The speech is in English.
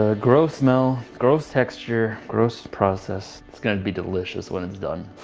ah gross smell, gross texture, gross process it's gonna be delicious when it's done.